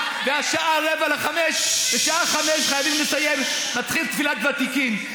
והשעה 04:45. בשעה 05:00 חייבים לסיים ולהתחיל תפילת ותיקין.